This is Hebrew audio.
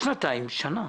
שנה.